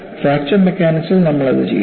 fracture മെക്കാനിക്സിൽ നമ്മൾ അത് ചെയ്യുന്നു